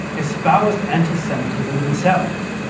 espoused anti-semitism themselves.